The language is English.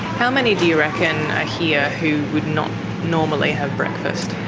how many do you reckon are here who would not normally have breakfast?